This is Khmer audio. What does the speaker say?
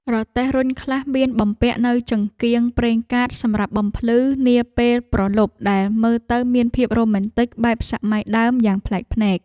រទេះរុញខ្លះមានបំពាក់នូវចង្កៀងប្រេងកាតសម្រាប់បំភ្លឺនាពេលព្រលប់ដែលមើលទៅមានភាពរ៉ូមែនទិកបែបសម័យដើមយ៉ាងប្លែកភ្នែក។